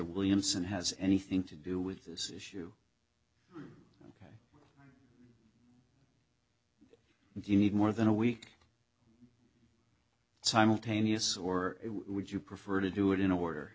williamson has anything to do with this issue you need more than a week simultaneous or would you prefer to do it in order